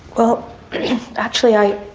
well actually i